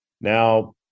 Now